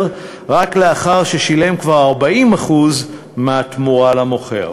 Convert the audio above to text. רק לאחר שכבר שילם 40% מהתמורה למוכר,